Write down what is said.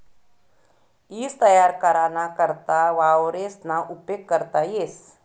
ईज तयार कराना करता वावरेसना उपेग करता येस